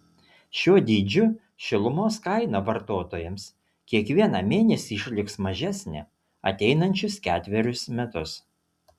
šiuo dydžiu šilumos kaina vartotojams kiekvieną mėnesį išliks mažesnė ateinančius ketverius metus